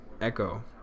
Echo